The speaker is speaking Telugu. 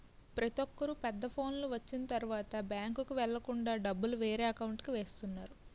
ప్రతొక్కరు పెద్ద ఫోనులు వచ్చిన తరువాత బ్యాంకుకి వెళ్ళకుండా డబ్బులు వేరే అకౌంట్కి వేస్తున్నారు